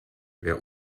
wer